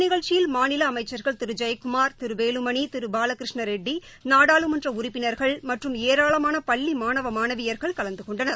நிகழ்ச்சியில் மாநில அமைச்சர்கள் திரு ஜெயக்குமார் திரு வேலுமணி இந்த திரு பாலகிருஷ்ணரெட்டி நாடாளுமன்ற உறுப்பினர்கள் மற்றும் ஏராளமான பள்ளி மாணவ மாணவியர்கள் கலந்து கொண்டனர்